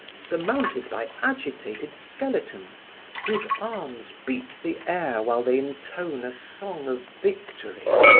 surmounted by agitated skeletons whose arms beat the air while they intone a song of victory.